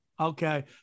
Okay